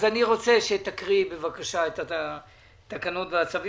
תקריאי בבקשה את התקנות ואת הצו.